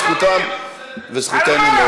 וזכותו,